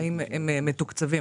האם הם מתוקצבים?